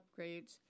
upgrades